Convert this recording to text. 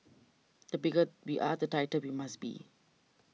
the bigger we are the tighter we must be